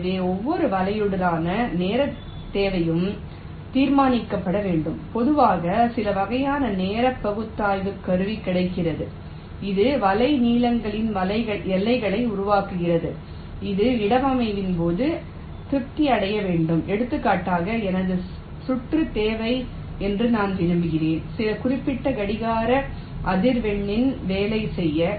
எனவே ஒவ்வொரு வலையுடனான நேரத் தேவையும் தீர்மானிக்கப்பட வேண்டும் பொதுவாக சில வகையான நேர பகுப்பாய்வுக் கருவி கிடைக்கிறது இது வலை நீளங்களில் எல்லைகளை உருவாக்குகிறது இது இடவமைவுப்பின் போது திருப்தி அடைய வேண்டும் எடுத்துக்காட்டாக எனது சுற்று தேவை என்று நான் விரும்புகிறேன் சில குறிப்பிட்ட கடிகார அதிர்வெண்ணில் வேலை செய்ய